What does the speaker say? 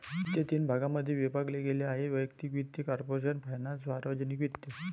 वित्त तीन भागांमध्ये विभागले गेले आहेः वैयक्तिक वित्त, कॉर्पोरेशन फायनान्स, सार्वजनिक वित्त